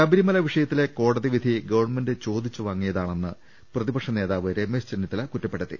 ശബരിമല വിഷയത്തിലെ കോടതി വിധി ഗവൺമെന്റ് ചോദിച്ച് വാങ്ങിയതാണെന്ന് പ്രതിപക്ഷ നേതാവ് രമേശ് ചെന്നി ത്തല കുറ്റപ്പെടുത്തി